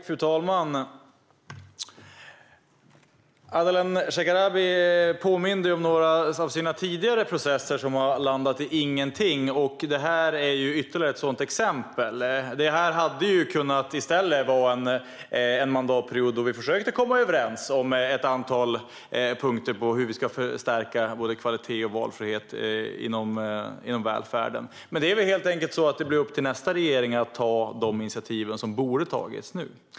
Fru talman! Ardalan Shekarabi påminde om några av sina tidigare processer som har landat i ingenting. Detta är ytterligare ett sådant exempel. Det här hade i stället kunnat vara en mandatperiod då vi försökte komma överens om ett antal punkter för hur vi ska förstärka både kvalitet och valfrihet inom välfärden. Men det är väl helt enkelt så att det blir upp till nästa regering att ta de initiativ som borde ha tagits nu.